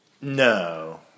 No